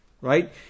right